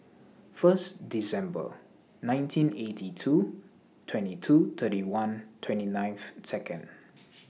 First December nineteen eighty two twenty two thirty one twenty ninth Second